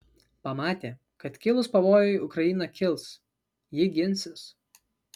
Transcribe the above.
pamatė kad kilus pavojui ukraina kils ji ginsis